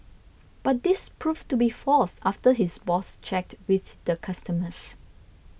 but this proved to be false after his boss checked with the customers